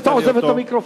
שאתה עוזב את המיקרופון?